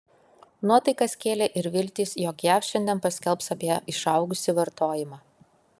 nuotaikas kėlė ir viltys jog jav šiandien paskelbs apie išaugusį vartojimą